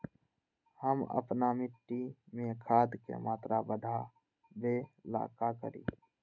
हम अपना मिट्टी में खाद के मात्रा बढ़ा वे ला का करी?